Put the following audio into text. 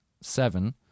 seven